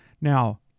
Now